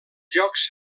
jocs